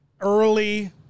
early